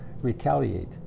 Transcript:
retaliate